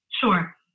Sure